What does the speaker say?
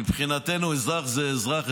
מבחינתנו, אזרח זה אזרח.